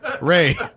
Ray